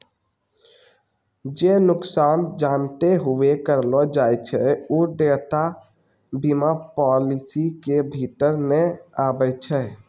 जे नुकसान जानते हुये करलो जाय छै उ देयता बीमा पालिसी के भीतर नै आबै छै